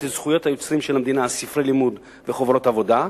את זכויות היוצרים של המדינה על ספרי לימוד וחוברות עבודה,